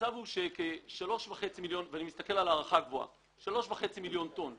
הוא שכ-3.5 מיליון טון פסולת,